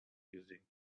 using